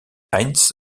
heinz